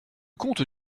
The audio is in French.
comte